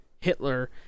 Hitler